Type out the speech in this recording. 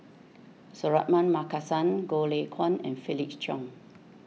Suratman Markasan Goh Lay Kuan and Felix Cheong